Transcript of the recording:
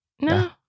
No